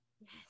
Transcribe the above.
Yes